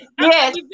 Yes